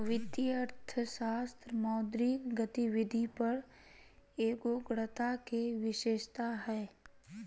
वित्तीय अर्थशास्त्र मौद्रिक गतिविधि पर एगोग्रता के विशेषता हइ